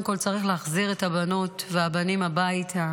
כול צריך להחזיר את הבנות והבנים הביתה.